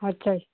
ਅੱਛਾ ਜੀ